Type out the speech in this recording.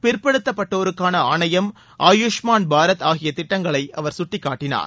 பிற்படுத்தப்பட்டோருக்கான ஆணையம் ஆயூஷ்மான் பாரத் ஆகிய திட்டங்களை அவர் கட்டிக்காட்டினார்